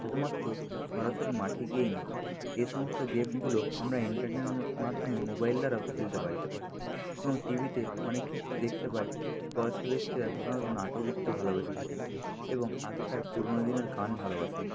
শুধুমাত্র সরাসরি মাঠে গিয়েই না এসমস্ত গেমগুলো আমরা ইন্টারনেটের মাধ্যমে মোবাইল দ্বারাও খেলতে পারি এবং টিভিতে অনেকক্ষেত্রে দেখতে পাই যে বয়স্ক ব্যক্তিরা সাধারণত নাটক দেখতে ভালবেসে থাকেন এবং আগেকার পুরনো দিনের গান ভালোবাসেন